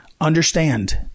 understand